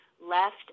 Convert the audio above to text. left